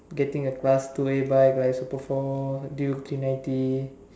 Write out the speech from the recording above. getting a class two a bike like super four till three ninety